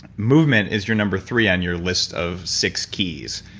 movement is your number three on your list of six keys.